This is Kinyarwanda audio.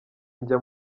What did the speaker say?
njya